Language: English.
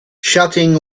shutting